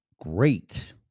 great